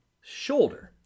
shoulder